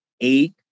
eight